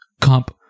Comp